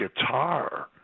guitar